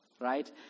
right